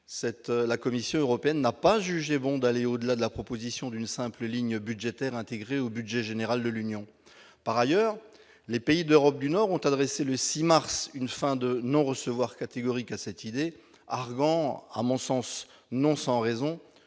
la Commission européenne n'a pas jugé bon d'aller au-delà de la proposition d'une simple ligne budgétaire intégré au budget général de l'Union, par ailleurs, les pays d'Europe du Nord, ont adressé, le 6 mars une fin de non-recevoir catégorique à cette idée, arguant à mon sens, non sans raison,